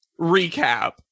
...recap